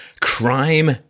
Crime